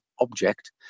object